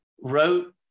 wrote